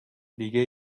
دیگه